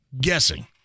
guessing